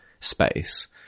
space